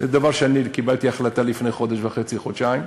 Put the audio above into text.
אני קיבלתי החלטה לפני חודש וחצי, חודשיים.